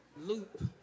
loop